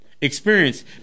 experience